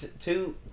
two